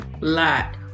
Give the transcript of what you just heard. lot